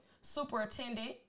superintendent